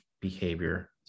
behavior